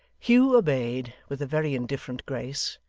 hugh obeyed with a very indifferent grace,